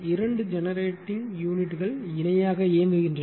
இரண்டு ஜெனரேட்டிங் யூனிட்கள் இணையாக இயங்குகின்றன